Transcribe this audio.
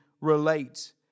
relate